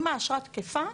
אם האשרה תקפה,